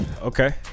Okay